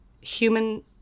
human